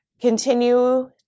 continue